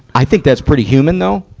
i think that's pretty human, though,